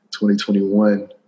2021